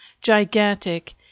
gigantic